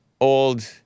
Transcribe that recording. old